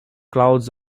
clouds